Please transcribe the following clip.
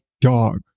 dog